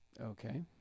Okay